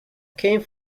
came